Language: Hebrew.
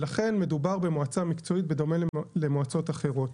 לכן, מדובר במועצה מקצועית, בדומה למועצות אחרות.